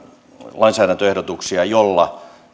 lainsäädäntöehdotuksia joilla